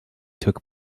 took